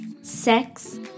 sex